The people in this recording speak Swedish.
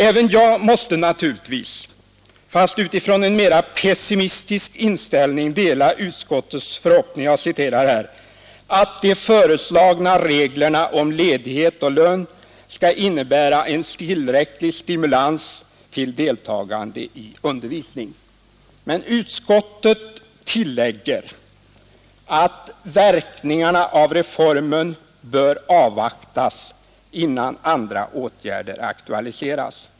Även jag måste naturligtvis, fast utifrån en mer pessimistisk inställning, dela utskottets förhoppning ”att de föreslagna reglerna om ledighet och lön skall innebära en tillräcklig stimulans till deltagande i undervisning”. Men utskottet tillägger att ”verkningarna av reformen bör avvaktas innan andra åtgärder aktualiseras”.